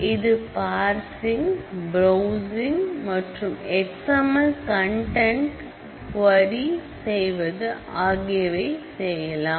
இதில் parsing browsing மற்றும் XML கன்டென்டை க்வரி செய்வது ஆகியவை செய்யலாம்